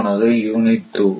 ஆனது யூனிட் 2